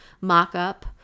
mock-up